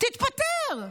תתפטר.